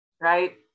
right